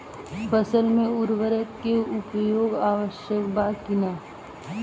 फसल में उर्वरक के उपयोग आवश्यक बा कि न?